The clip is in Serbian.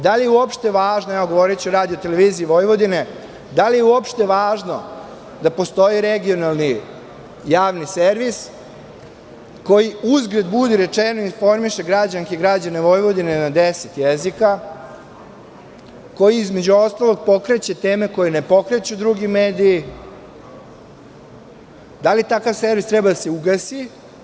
Da li je opšte važno, govoriću o RTV, da li je uopšte važno da postoji regionalni javni servis koji, uzgred budi rečeno, informišu građanke i građane Vojvodine na deset jezika, koji između ostalog pokreće teme koje ne pokreću drugi mediji, da li takav servis treba da se ugasi?